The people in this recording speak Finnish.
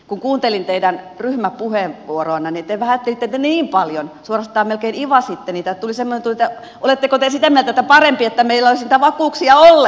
kun kuuntelin teidän ryhmäpuheenvuoroanne te vähättelitte että niin paljon suorastaan melkein ivasitte niitä että tuli semmoinen tunne että oletteko te sitä mieltä että parempi että meillä ei olisi niitä vakuuksia ollenkaan